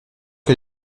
que